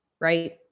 right